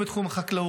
בתחום החקלאות,